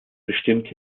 bestimmte